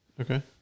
Okay